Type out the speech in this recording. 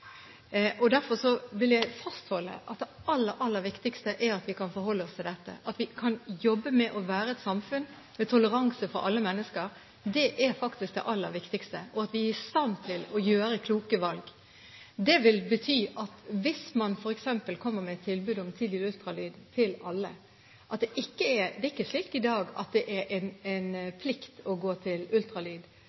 Derfor vil jeg fastholde at det aller, aller viktigste er at vi kan forholde oss til dette. At vi kan jobbe med å være et samfunn med toleranse for alle mennesker, er faktisk det aller viktigste, og at vi er i stand til å gjøre kloke valg. Det vil bety at hvis man f.eks. kommer med et tilbud om tidlig ultralyd til alle – det er ikke slik i dag at det er en plikt å gå til